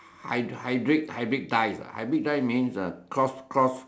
hy~ hybrid~ hybridise ah hybridise means uh cross cross